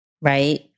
right